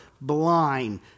blind